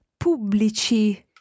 pubblici